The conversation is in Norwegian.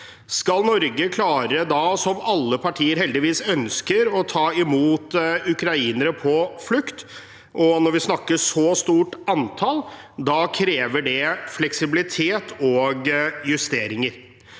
Skal Norge klare – noe alle partier heldigvis ønsker – å ta imot ukrainere på flukt, spesielt når vi snakker om et så stort antall, krever det fleksibilitet og justeringer.